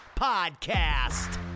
podcast